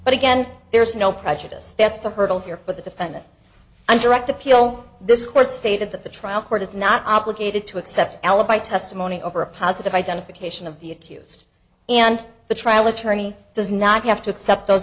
but again there is no prejudice that's the hurdle here for the defendant and direct appeal this court stated that the trial court is not obligated to accept alibi testimony over a positive identification of the accused and the trial attorney does not have to accept those